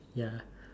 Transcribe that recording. ya